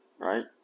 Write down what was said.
right